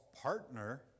partner